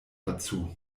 dazu